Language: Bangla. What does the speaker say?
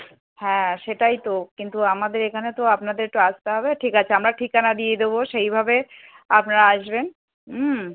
হ্যাঁ সেটাই তো কিন্তু আমাদের এখানে তো আপনাদের একটু আসতে হবে ঠিক আছে আমরা ঠিকানা দিয়ে দেবো সেইভাবে আপনারা আসবেন হুম